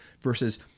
versus